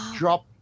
drop